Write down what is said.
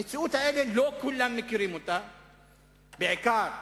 את המציאות הזאת לא כולם מכירים, בעיקר בעולם,